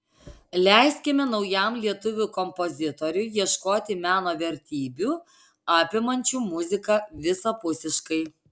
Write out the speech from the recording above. leiskime naujam lietuvių kompozitoriui ieškoti meno vertybių apimančių muziką visapusiškai